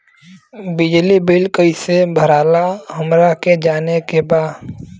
बिजली बिल कईसे भराला हमरा के जाने के बा?